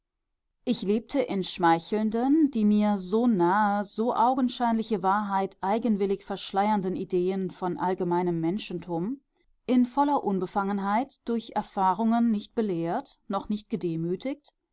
ich lebte in schmeichelnden die mir so nahe so augenscheinliche wahrheit eigenwillig verschleiernden ideen von allgemeinem menschentum in voller unbefangenheit durch erfahrungen nicht belehrt noch nicht gedemütigt